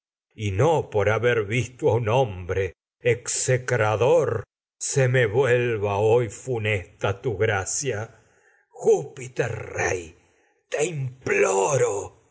y no favor por haber visto a un hombre execrador kdipo en colono ii se me vuelva hoy funesta tu gracia júpiter rey te imploro